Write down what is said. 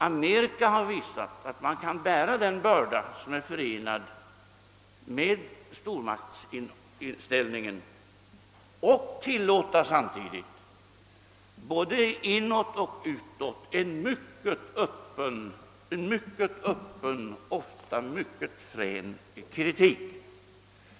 Amerika har visat att det kan bära den börda som är förenad med stormaktsställningen och samtidigt tilllåta, både inåt och utåt, en mycket öppen och ofta mycket frän kritik.